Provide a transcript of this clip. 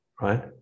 right